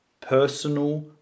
personal